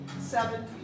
seven